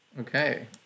Okay